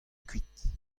kuit